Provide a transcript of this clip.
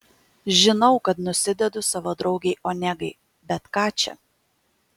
žinau kad nusidedu savo draugei onegai bet ką čia